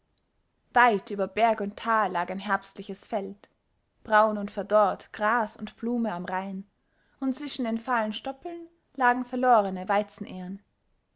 weit über berg und tal lag ein herbstliches feld braun und verdorrt gras und blume am rain und zwischen den fahlen stoppeln lagen verlorene